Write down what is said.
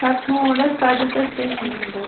پَتہٕ ژھونٛڈ اسہِ پَتہٕ دیُت اسہِ تٔمی نمبر